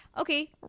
okay